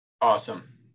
Awesome